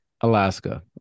Alaska